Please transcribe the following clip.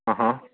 अं हां